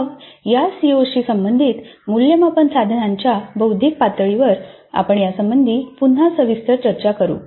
मगः या सीओशी संबंधित मूल्यमापन साधनांच्या बौद्धिक पातळीवर आपण यासंबंधी पुन्हा सविस्तर चर्चा करू